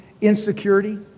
insecurity